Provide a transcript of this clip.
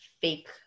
fake